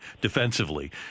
defensively